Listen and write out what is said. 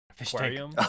aquarium